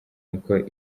uko